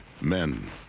men